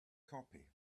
copy